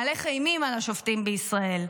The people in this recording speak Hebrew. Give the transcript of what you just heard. מהלך אימים על השופטים בישראל.